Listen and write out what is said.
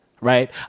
right